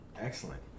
Excellent